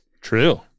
True